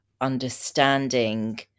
understanding